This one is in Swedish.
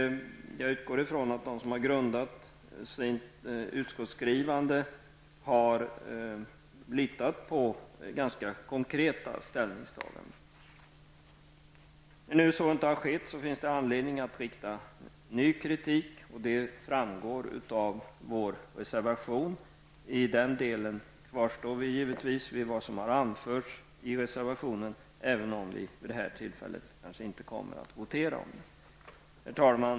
Jag utgår från att den eller de som har stått för utskottsskrivandet har förlitat sig på ganska konkreta ställningstaganden. I och med att det inte har hänt något finns det anledning att framföra ny kritik, och det gör vi i vår reservation. I den delen står vi naturligtvis fast vid vad vi anför i reservationen, men vi kommer vid detta tillfälle inte att begära votering. Herr talman!